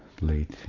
late